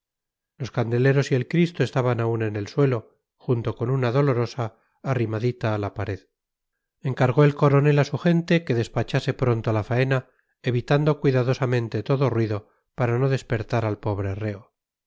los candeleros y el cristo estaban aún en el suelo junto con una dolorosa arrimadita a la pared encargó el coronel a su gente que despachase pronto la faena evitando cuidadosamente todo ruido para no despertar al pobre reo